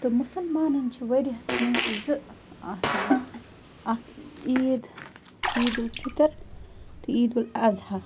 تہٕ مسلمانن چھِ ؤرۍ یس منٛز زٕ آسان اَکھ عیٖد عیٖدُ الفِطر تہٕ عیٖدُ الاَضحیٰ